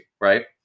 right